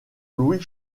louis